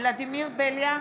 ולדימיר בליאק,